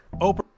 Oprah